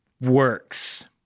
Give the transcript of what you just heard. works